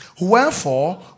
Wherefore